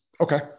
Okay